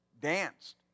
danced